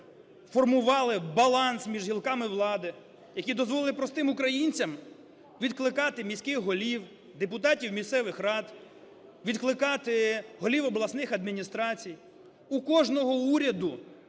формували баланс між гілками влади, які дозволили б простим українцям відкликати міських голів, депутатів місцевих рад, відкликати голів обласних адміністрацій. У кожного уряду